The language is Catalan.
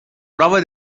prova